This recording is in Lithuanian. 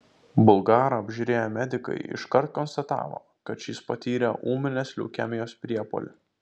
bulgarą apžiūrėję medikai iškart konstatavo kad šis patyrė ūminės leukemijos priepuolį